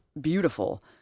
beautiful